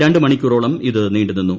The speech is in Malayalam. രണ്ടു മണിക്കൂറോളം ഇത് നീണ്ടുനിന്നു